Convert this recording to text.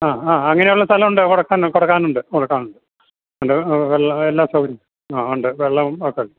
ആ ആ അങ്ങനെയുള്ള സ്ഥലം ഉണ്ട് കൊടുക്കാൻ കൊടുക്കാനുണ്ട് കൊടുക്കാനുണ്ട് ഉണ്ട് എല്ലാ സൗകര്യവും ആ ഉണ്ട് വെള്ളം ഒക്കെ ഉണ്ട്